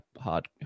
hard